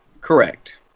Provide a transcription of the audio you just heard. correct